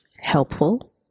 helpful